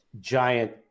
giant